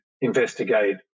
investigate